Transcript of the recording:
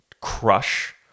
crush